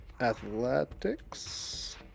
Athletics